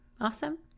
Awesome